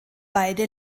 beide